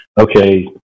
okay